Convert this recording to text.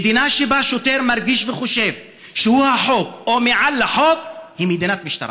מדינה שבה שוטר מרגיש וחושב שהוא החוק או מעל החוק היא מדינת משטרה.